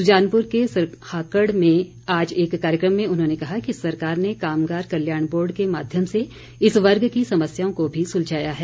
सुजानपुर के सरहाकड़ में आज एक कार्यक्रम में उन्होंने कहा कि सरकार ने कामगार कल्याण बोर्ड के माध्यम से इस वर्ग की समस्याओं को भी सुलझाया है